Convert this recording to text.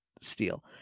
steal